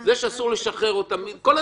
זה שאסור לשחרר אותם כל הדברים,